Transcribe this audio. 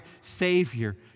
Savior